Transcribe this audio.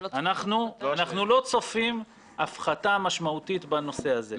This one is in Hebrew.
אנחנו לא צופים הפחתה משמעותית בנושא הזה.